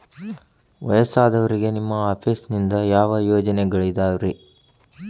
ವಯಸ್ಸಾದವರಿಗೆ ನಿಮ್ಮ ಆಫೇಸ್ ನಿಂದ ಯಾವ ಯೋಜನೆಗಳಿದಾವ್ರಿ?